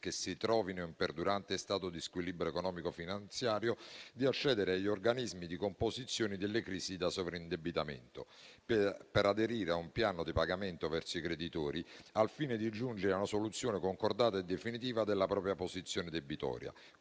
che si trovino in perdurante stato di squilibrio economico finanziario, di accedere agli organismi di composizione delle crisi da sovraindebitamento, per aderire a un piano di pagamento verso i creditori, al fine di giungere a una soluzione concordata e definitiva della propria posizione debitoria,